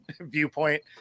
viewpoint